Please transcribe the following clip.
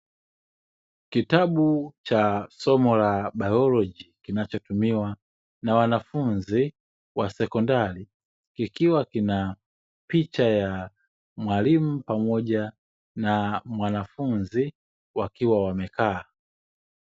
Kitabu cha somo la biolojia kinachotumiwa na wanafunzi wa sekondari, kikiwa kina picha ya mwalimu pamoja na mwanafunzi wakiwa wamekaa.